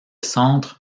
centre